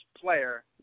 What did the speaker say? player